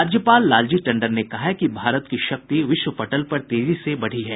राज्यपाल लालजी टंडन ने कहा है कि भारत की शक्ति विश्व पटल पर तेजी से बढ़ी है